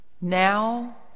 now